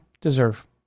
deserve